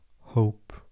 hope